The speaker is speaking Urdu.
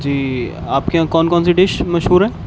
جی آپ کے یہاں کون کون سی ڈش مشہور ہیں